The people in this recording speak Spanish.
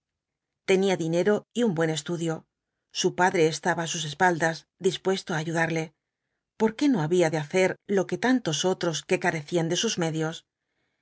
tenía dinero y un buen estudio su padre estaba á sus espaldas dispuesto á ayudarle por qué no había de hacer lo que tantos otros que carecían de sus medios